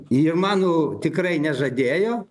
ir manų tikrai nežadėjo